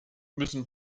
müssen